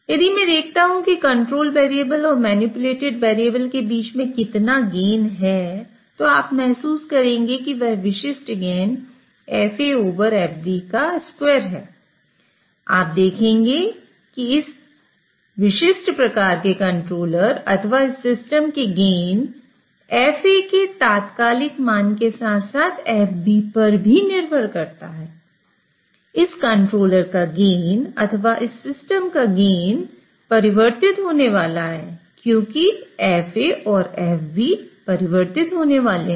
यदि मैं देखता हूं कि कंट्रोल वेरिएबल और मैनिपुलेटेड वेरिएबल परिवर्तित होने वाला है क्योंकि FA और FB परिवर्तित होने वाले हैं